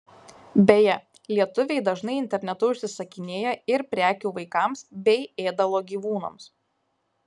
beje lietuviai dažnai internetu užsisakinėja ir prekių vaikams bei ėdalo gyvūnams